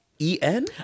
E-N